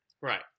Right